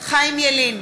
חיים ילין,